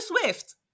Swift